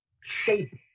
shape